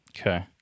Okay